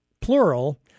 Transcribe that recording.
plural